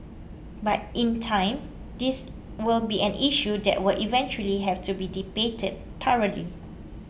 but in time this will be an issue that will eventually have to be debated thoroughly